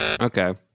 Okay